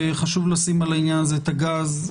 וחשוב לשים על העניין הזה גז,